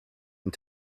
and